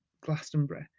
Glastonbury